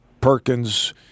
Perkins